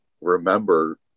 remember